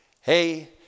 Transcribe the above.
Hey